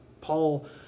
Paul